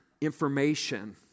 information